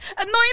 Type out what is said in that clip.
annoying